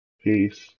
Peace